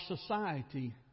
society